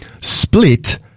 split